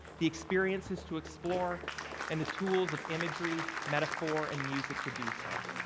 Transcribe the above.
the experiences to explore and the tools of imagery, metaphor and music to do so.